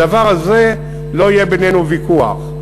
בדבר הזה לא יהיה בינינו ויכוח.